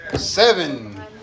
Seven